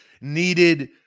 needed